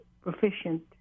proficient